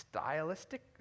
stylistic